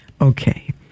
Okay